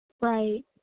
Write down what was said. Right